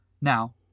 Now